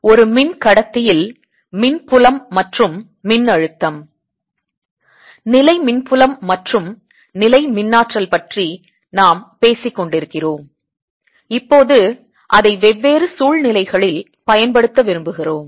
ஒரு மின் கடத்தியில் மின் புலம் மற்றும் மின்னழுத்தம் நிலைமின்புலம் மற்றும் நிலைமின்னாற்றல் பற்றி நாம் பேசிக்கொண்டிருக்கிறோம் இப்போது அதை வெவ்வேறு சூழ்நிலைகளில் பயன்படுத்த விரும்புகிறோம்